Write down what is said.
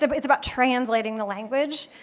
ah but it's about translating the language.